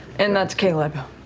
and that's caleb.